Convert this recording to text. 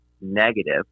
negative